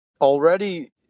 already